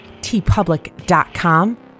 tpublic.com